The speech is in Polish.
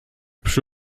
przy